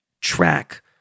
track